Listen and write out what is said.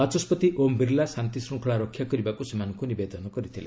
ବାଚସ୍କତି ଓମ୍ ବିର୍ଲା ଶାନ୍ତିଶୃଙ୍ଖଳା ରକ୍ଷା କରିବାକୁ ସେମାନଙ୍କୁ ନିବେଦନ କରିଥିଲେ